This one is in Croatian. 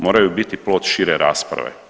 Moraju biti plod šire rasprave.